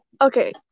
Okay